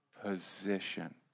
position